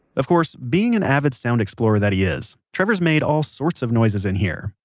of course, being an avid sound explorer that he is, trevor's made all sorts of noises in here.